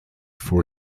for